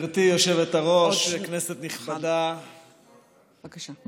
גברתי היושבת-ראש, כנסת נכבדה, עוד שנייה, בבקשה.